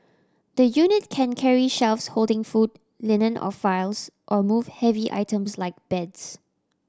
the unit can carry shelves holding food linen or files or move heavy items like beds